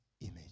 image